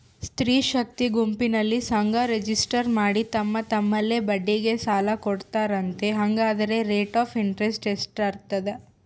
ಸ್ತ್ರೇ ಶಕ್ತಿ ಗುಂಪಿನಲ್ಲಿ ಸಂಘ ರಿಜಿಸ್ಟರ್ ಮಾಡಿ ತಮ್ಮ ತಮ್ಮಲ್ಲೇ ಬಡ್ಡಿಗೆ ಸಾಲ ಕೊಡ್ತಾರಂತೆ, ಹಂಗಾದರೆ ರೇಟ್ ಆಫ್ ಇಂಟರೆಸ್ಟ್ ಎಷ್ಟಿರ್ತದ?